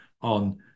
on